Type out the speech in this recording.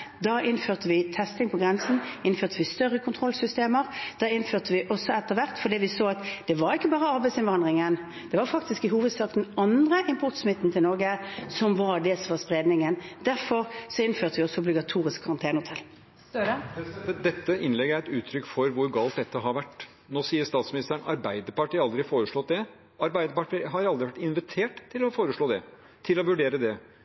Da innførte vi testing på grensen og større kontrollsystemer. Vi så at det ikke bare var arbeidsinnvandringen som sto for spredningen til Norge – det var faktisk i hovedsak den andre importsmitten. Derfor innførte vi obligatorisk karantenehotell. Jonas Gahr Støre – til oppfølgingsspørsmål. Dette innlegget er et uttrykk for hvor galt dette har vært. Nå sier statsministeren at Arbeiderpartiet aldri har foreslått dette. Arbeiderpartiet har aldri vært invitert til å foreslå eller vurdere dette. Det